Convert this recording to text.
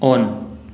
on